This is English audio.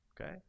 Okay